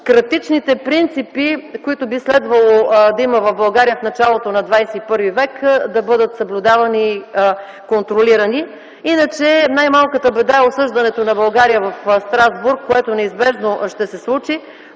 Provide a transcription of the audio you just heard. демократичните принципи, които би следвало да има в България в началото на ХХІ век, да бъдат съблюдавани и контролирани. Иначе, най-малката беда е осъждането на България в Страсбург, което неизбежно ще се случи.